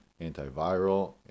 antiviral